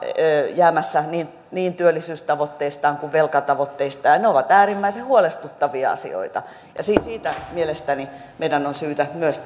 jäämässä niin niin työllisyystavoitteestaan kuin velkatavoitteistaan ne ovat äärimmäisen huolestuttavia asioita ja siitä mielestäni meidän on myös